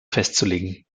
festzulegen